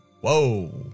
Whoa